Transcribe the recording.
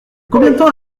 temps